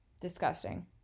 disgusting